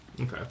Okay